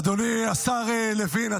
אדוני השר לוין,